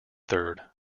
third